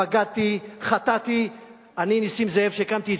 בגדתי, חטאתי, אני נסים זאב שהקמתי את